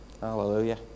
hallelujah